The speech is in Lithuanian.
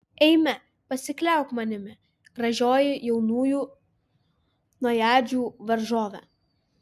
eime pasikliauk manimi gražioji jaunųjų najadžių varžove